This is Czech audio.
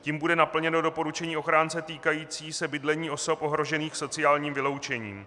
Tím bude naplněno doporučení ochránce týkající se bydlení osob ohrožených sociálním vyloučením.